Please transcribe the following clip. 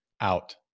out